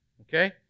Okay